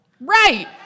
Right